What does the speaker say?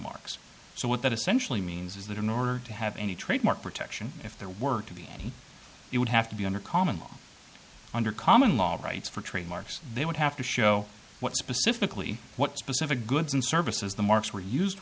marks so what that essentially means is that in order to have any trademark protection if there weren't to be any it would have to be under common law under common law rights for trademarks they would have to show what specifically what specific goods and services the marks were used